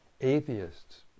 atheists